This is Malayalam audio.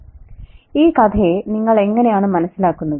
പ്രൊഫ ഈ കഥയെ നിങ്ങൾ എങ്ങനെയാണ് മനസിലാക്കുന്നത്